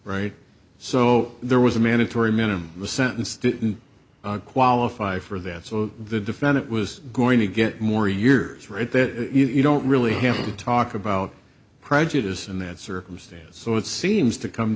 right so there was a mandatory minimum the sentence didn't qualify for that so the defendant was going to get more years right that you don't really have to talk about prejudice in that circumstance so it seems to come